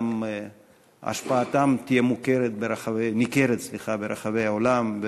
אלא השפעתן תהיה ניכרת גם ברחבי העולם,